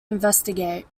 investigate